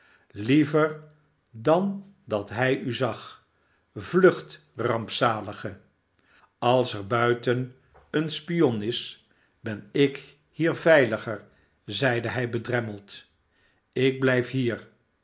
liever dan dat hij u zag vlucht rampzalige als er buiten een spion is ben ik hier veiliger zeide hij bedremmeld ik blijf hier